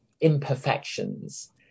imperfections